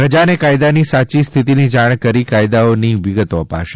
પ્રજાને કાયદાની સાયી સ્થિતીની જાણ કરી ફાયદાઓની વિગતો અપાશે